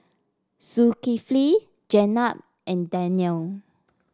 Zulkifli Jenab and Danial